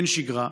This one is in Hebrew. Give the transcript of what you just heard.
אין שגרה.